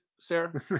Sarah